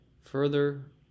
Further